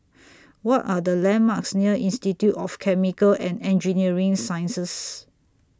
What Are The landmarks near Institute of Chemical and Engineering Sciences